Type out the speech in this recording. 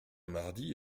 mardi